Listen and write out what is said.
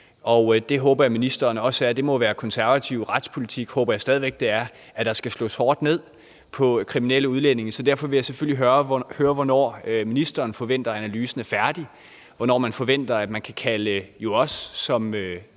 Det håber jeg at ministeren også er. Jeg håber, at det stadig væk er konservativ retspolitik, at der skal slås hårdt ned på kriminelle udlændinge. Derfor vil jeg selvfølgelig høre, hvornår ministeren forventer, at analysen er færdig, hvornår man forventer, at man kan kalde os som